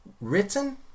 Written